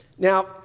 Now